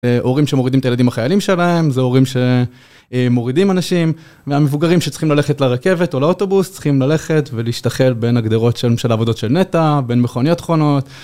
הורים שמורידים את הילדים החיילים שלהם, זה הורים שמורידים אנשים. והמבוגרים שצריכים ללכת לרכבת או לאוטובוס, צריכים ללכת ולהשתחל בין הגדרות של למשל עבודות של נת"ע, בין מכוניות חונות.